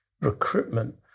recruitment